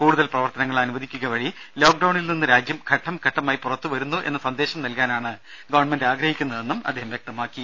കൂടുതൽ പ്രവർത്തനങ്ങൾ അനുവദിക്കുക വഴി ലോക്ഡൌണിൽ നിന്ന് രാജ്യം ഘട്ടംഘട്ടമായി പുറത്തുവരുന്നു എന്ന സന്ദേശം നൽകാനാണ് ഗവൺമെന്റ് ആഗ്രഹിക്കുന്നതെന്നും അദ്ദേഹം പറഞ്ഞു